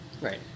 Right